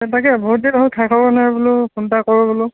অ' তাকে বহুত দিন হ'ল খা খবৰ নাই বোলো ফোন এটা কৰো বোলো